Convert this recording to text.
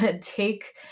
take